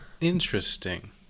Interesting